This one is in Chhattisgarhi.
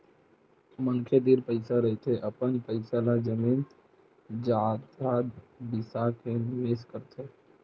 मनखे तीर पइसा रहिथे त अपन पइसा ल जमीन जघा बिसा के निवेस करथे